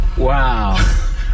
Wow